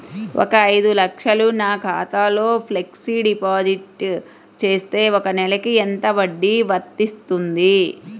ఒక ఐదు లక్షలు నా ఖాతాలో ఫ్లెక్సీ డిపాజిట్ చేస్తే ఒక నెలకి ఎంత వడ్డీ వర్తిస్తుంది?